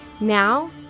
Now